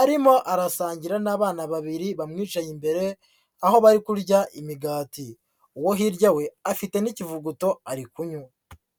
arimo arasangira n'abana babiri bamwicaye imbere, aho bari kurya imigati, uwo hirya we afite n'ikivuguto ari kunywa.